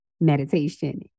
meditation